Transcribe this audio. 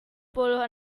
puluh